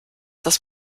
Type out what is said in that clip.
dass